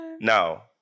Now